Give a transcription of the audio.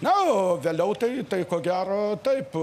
na o vėliau tai tai ko gero taip